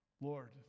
Lord